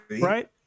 right